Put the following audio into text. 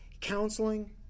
counseling